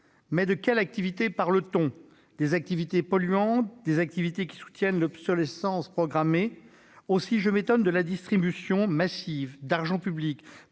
Mais de quelles activités parle-t-on ? Des activités polluantes ? Des activités qui soutiennent l'obsolescence programmée ? Aussi, je m'étonne de la distribution massive d'argent public à